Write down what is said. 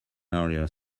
earlier